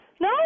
No